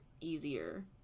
easier